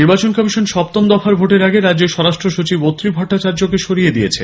নির্বাচন কমিশন সপ্তম দফার ভোটের আগে রাজ্যের স্বরাষ্ট্র সচিব অত্রি ভট্টাচার্যকে সরিয়ে দিয়েছে